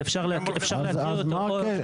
אפשר לקרוא את הסעיף.